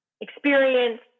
experience